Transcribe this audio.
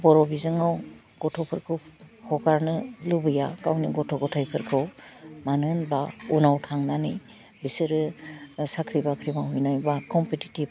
बर' बिजोङाव गथ'फोरखौ हगारनो लुबैया गावनि गथ' गथायफोरखौ मानो होनबा उनाव थांनानै बिसोरो साख्रि बाख्रि मावहैनायबा खमपेथेटिब